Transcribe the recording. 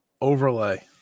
overlay